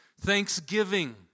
thanksgiving